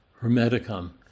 hermeticum